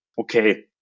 okay